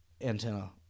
antenna